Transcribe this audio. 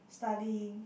studying